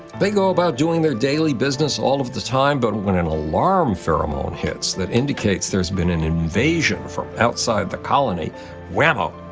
they go about doing their daily business all of the time, but when an alarm pheromone hits that indicates there's been an invasion from outside the colony wham-o!